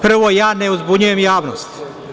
Prvo, ja ne uzbunjujem javnost.